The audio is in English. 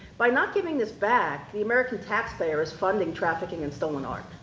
by not giving this back, the american tax payer is funding trafficking and stolen art.